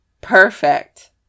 perfect